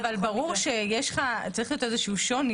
אבל ברור שצריך להיות איזשהו שוני